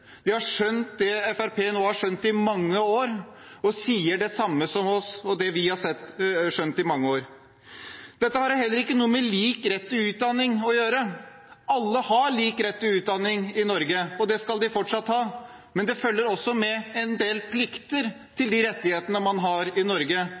De har skjønt det Fremskrittspartiet har skjønt i mange år, og sier det samme som oss. Dette har heller ikke noe med lik rett til utdanning å gjøre. Alle har lik rett til utdanning i Norge, og det skal man fortsatt ha. Men det følger også en del plikter